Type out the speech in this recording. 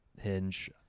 Hinge